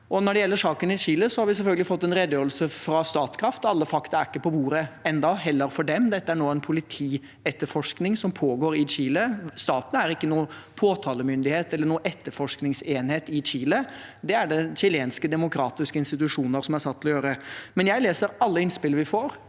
Når det gjelder saken i Chile, har vi selvfølgelig fått en redegjørelse fra Statkraft, og alle fakta er ikke på bordet ennå, heller ikke for dem. Dette er nå en politietterforskning som pågår i Chile. Staten er ikke noen påtalemyndighet eller noen etterforskningsenhet i Chile, det er det chilenske demokratiske institusjoner som er satt til å gjøre. Jeg leser alle innspillene vi får